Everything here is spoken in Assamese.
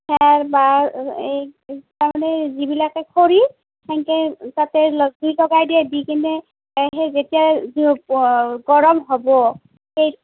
তাৰ বা এই যিবিলাক এই খৰি সেনেকৈ তাতে জুই লগাই দিয়ে দি কিনে তাত সেই যেতিয়া গৰম হ'ব সেই